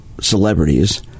celebrities